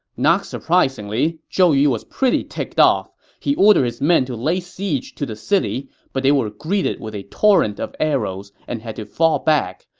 not surprisingly, zhou yu was pretty ticked off. he ordered his men to lay siege to the city, but they were greeted with a torrent of arrows and had to fall back.